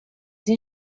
این